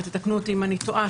ותקנו אותי אם אני טועה,